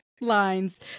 lines